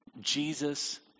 Jesus